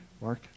Mark